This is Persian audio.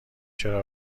چرا